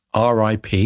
RIP